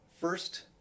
First